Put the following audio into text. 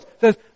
says